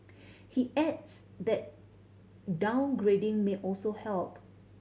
he adds that downgrading may also help